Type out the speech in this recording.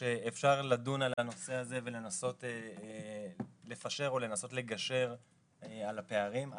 שאפשר לדון על הנושא הזה ולנסות לפשר או לנסות לגשר על הפערים.